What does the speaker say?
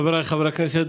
חבריי חברי הכנסת,